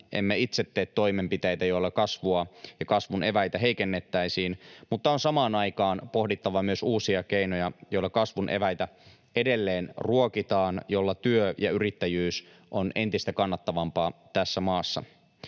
emme itse tee toimenpiteitä, joilla kasvua ja kasvun eväitä heikennettäisiin, mutta on samaan aikaan pohdittava myös uusia keinoja, joilla kasvun eväitä edelleen ruokitaan, joilla työ ja yrittäjyys ovat entistä kannattavampia tässä maassa.